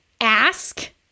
Ask